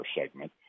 segment